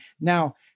Now